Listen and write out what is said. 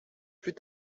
plus